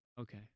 Okay